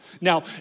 Now